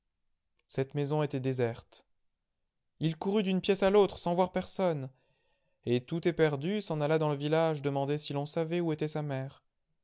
cette maison était déserte il courut d'une pièce à l'autre sans voir personne et tout éperdu s'en alla dans le village demander si l'on savait où était sa mère